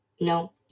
No